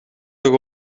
toch